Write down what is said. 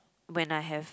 when I have